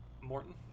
Morton